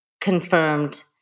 confirmed